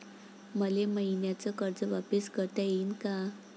मले मईन्याचं कर्ज वापिस करता येईन का?